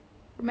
romantis